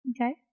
Okay